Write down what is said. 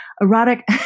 erotic